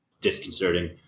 disconcerting